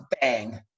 bang